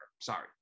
sorry